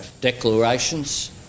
declarations